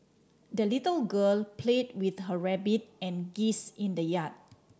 the little girl played with her rabbit and geese in the yard